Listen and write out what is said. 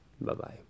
Bye-bye